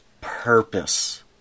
purpose